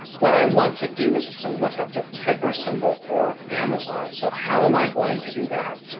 what i want to do is to look up the ticker symbol for amazon. so how am i going to do that.